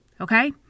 Okay